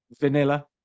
vanilla